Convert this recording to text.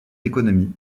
économie